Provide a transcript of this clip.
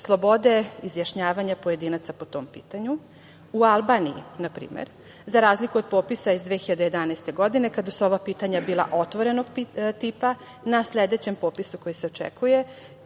slobode izjašnjavanja pojedinaca po tom pitanju.U Albaniji, na primer, za razliku od popisa iz 2011. godine, kada su ova pitanja bila otvorenog tipa, na sledećem popisu koji se očekuje,